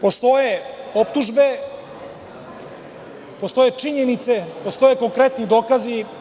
Postoje optužbe, postoje činjenice, postoje konkretni dokazi.